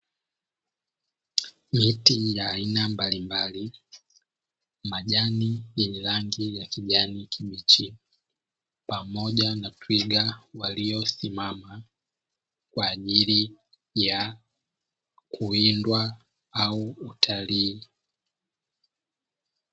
Miti ya aina mbalimbali, majani yenye rangi ya kijani kibichi, pamoja na twiga waliosimama kwa ajili ya kuwindwa au utalii.